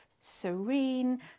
serene